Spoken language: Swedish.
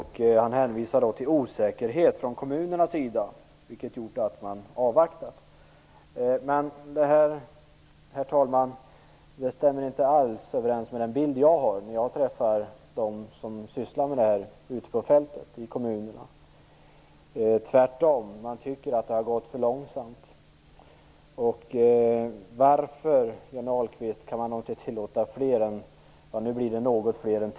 Han hänvisar till osäkerhet från kommunerna, vilket gjort att man avvaktat. Det stämmer inte alls överens med den bild jag har när jag träffar dem som sysslar med detta ute på fältet i kommunerna. Man tycker tvärtom att det har gått för långsamt. Varför kan man inte tillåta fler kommuner att delta, Johnny Ahlqvist?